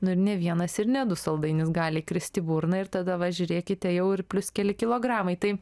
nu ir ne vienas ir ne du saldainis gali krist į burną ir tada va žiūrėkite jau ir plius keli kilogramai tai